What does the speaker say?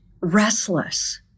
restless